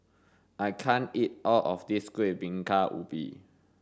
I can't eat all of this kueh bingka ubi